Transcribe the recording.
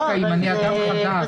אני אדם חדש.